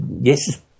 Yes